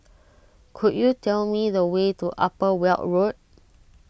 could you tell me the way to Upper Weld Road